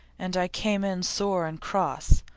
and i came in sore and cross.